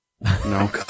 No